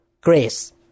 grace